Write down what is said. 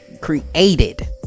created